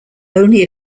only